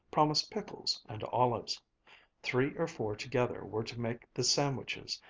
promised pickles and olives three or four together were to make the sandwiches,